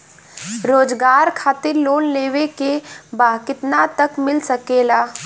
रोजगार खातिर लोन लेवेके बा कितना तक मिल सकेला?